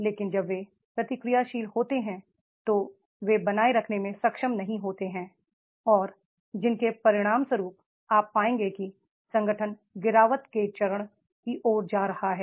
लेकिन जब वे प्रतिक्रियाशील होते हैं तो वे बनाए रखने में सक्षम नहीं होते हैं और जिसके परिणामस्वरूप आप पाएंगे कि संगठन गिरावट के चरण की ओर जा रहा है